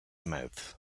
mouth